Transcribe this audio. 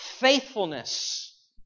faithfulness